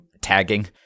tagging